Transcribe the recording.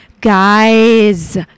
guys